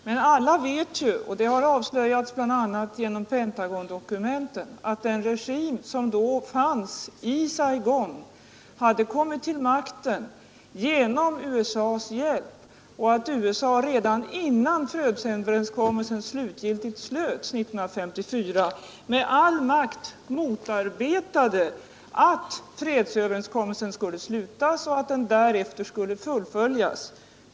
Men alla vet, och det har avslöjats bl.a. genom Pentagondokumenten, att den regim som då fanns i Saigon hade kommit till makten genom USA:s hjälp och att USA redan innan överenskommelsen slöts 1954 med all makt motarbetade att fredsöverenskommelsen skulle slutas och därefter fullföljas.